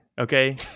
okay